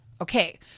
Okay